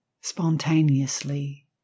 spontaneously